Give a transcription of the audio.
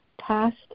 past